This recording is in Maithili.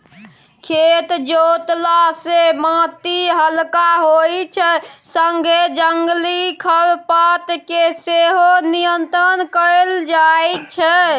खेत जोतला सँ माटि हलका होइ छै संगे जंगली खरपात केँ सेहो नियंत्रण कएल जाइत छै